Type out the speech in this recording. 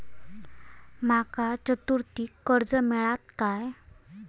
माका चतुर्थीक कर्ज मेळात काय?